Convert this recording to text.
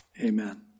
Amen